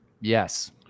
yes